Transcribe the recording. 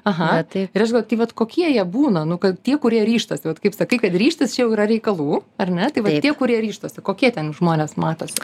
aha tai žinot tai vat kokie jie būna nu kad tie kurie ryžtasi vat kaip sakai kad ryžtis čia jau yra reikalų ar ar ne tai va tie kurie ryžtasi kokie ten žmonės matosi